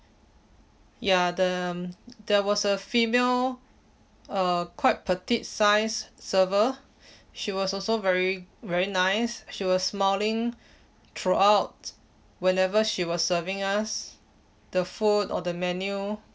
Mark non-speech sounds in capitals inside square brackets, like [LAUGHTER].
ya the there was a female uh quite petite size server [BREATH] she was also very very nice she was smiling throughout whenever she was serving us the food or the menu